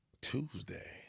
Tuesday